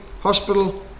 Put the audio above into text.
Hospital